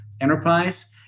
enterprise